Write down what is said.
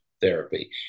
therapy